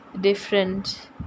different